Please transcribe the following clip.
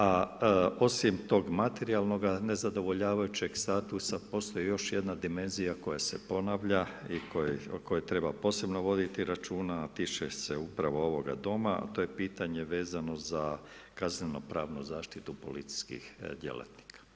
A osim tog materijalnoga nezadovoljavajućeg statusa postoji još jedna dimenzija koja se ponavlja i o kojoj treba posebno voditi računa, a tiče se upravo ovoga doma, a to je pitanje vezano za kazneno pravnu zaštitu policijskih djelatnika.